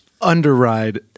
Underride